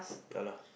ya lah